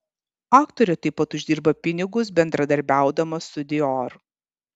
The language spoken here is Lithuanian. aktorė taip pat uždirba pinigus bendradarbiaudama su dior